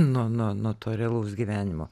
nuo nuo nuo to realaus gyvenimo